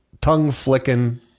tongue-flicking